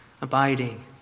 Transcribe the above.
Abiding